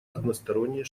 односторонние